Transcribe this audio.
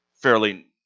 fairly